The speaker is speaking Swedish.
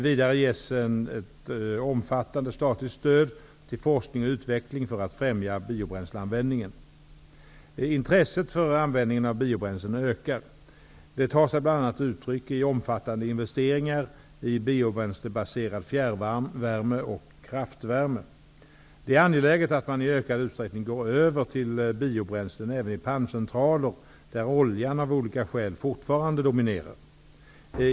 Vidare ges ett omfattande statligt stöd till forskning och utveckling för att främja biobränsleanvändningen. Intresset för användningen av biobränslen ökar. Det tar sig bl.a. uttryck i omfattande investeringar i biobränslebaserad fjärrvärme och kraftvärme. Det är angeläget att man i ökad utsträckning går över till biobränslen även i panncentraler, där oljan av olika skäl fortfarande dominerar.